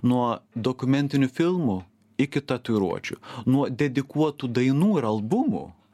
nuo dokumentinių filmų iki tatuiruočių nuo dedikuotų dainų ir albumų